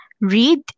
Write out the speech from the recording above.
read